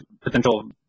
potential